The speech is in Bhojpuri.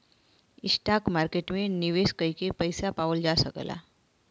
स्टॉक मार्केट में निवेश करके पइसा पावल जा सकला